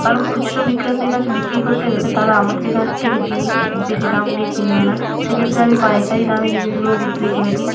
কারণ খুচরো বিক্রেতার কাছে বিক্রি করতে গেলে তারা আমাদের কাছ থেকে জিনিস বেশি দাম দিয়ে কিনবে না সেক্ষেত্রে আমি পাইকারি দামে জিনিসগুলো বিক্রি করে দিই